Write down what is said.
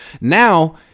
Now